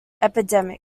epidemics